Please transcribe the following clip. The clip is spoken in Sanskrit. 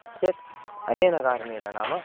चेत् अनेन कारणेन नाम